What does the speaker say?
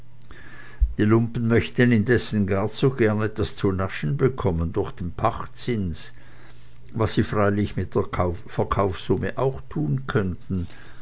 die lumpen möchten indessen gar zu gern etwas zu naschen bekommen durch den pachtzins was sie freilich mit der verkaufssumme auch tun könnten